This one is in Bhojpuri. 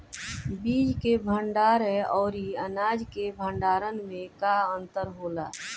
बीज के भंडार औरी अनाज के भंडारन में का अंतर होला?